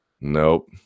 Nope